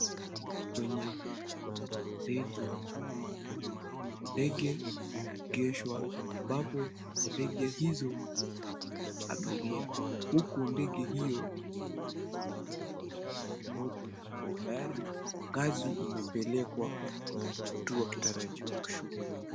Kwenye uwanja wa ndege ambapo ndege zimeegeshwa. Ambapo ndege hizo ni za kubeba abiria, huku ndege hiyo ikiwa imepakwa rangi nyeupe na tayari ngazi imepelekwa. Huku watu wakitarajiwa kushuka.